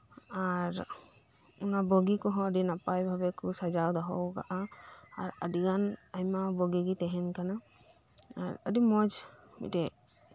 ᱟᱨ ᱚᱱᱟ ᱵᱚᱜᱤ ᱠᱚᱸᱦᱚᱸ ᱟᱹᱰᱤ ᱱᱟᱯᱟᱭ ᱵᱷᱟᱵᱮ ᱠᱚ ᱥᱟᱡᱟᱣ ᱫᱚᱦᱚ ᱟᱠᱟᱫᱟ ᱟᱨ ᱟᱹᱰᱤ ᱜᱟᱱ ᱟᱭᱢᱟ ᱵᱚᱜᱤ ᱜᱮ ᱛᱟᱸᱦᱮᱱ ᱠᱟᱱᱟ ᱟᱨ ᱟᱹᱰᱤ ᱢᱚᱸᱡᱽ ᱢᱤᱫᱴᱮᱱ